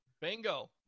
Bingo